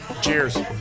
Cheers